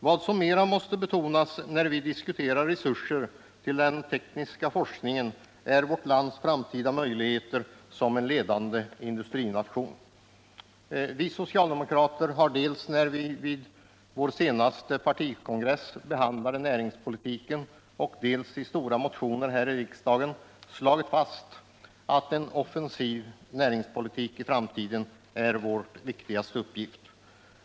Vad som också måste betonas när vi diskuterar resurserna till den tekniska forskningen är vårt lands möjligheter att bevara sin ställning som en ledande industrination. Vi socialdemokrater har, dels när vi vid vår senaste partikongress behandlade näringspolitiken, dels i stora motioner här i riksdagen, slagit fast att en offensiv näringspolitik i framtiden är vår viktigaste uppgift.